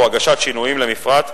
או הגשת שינויים למפרט,